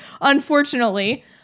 unfortunately